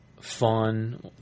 fun